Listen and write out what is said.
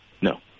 No